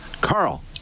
Carl